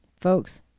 folks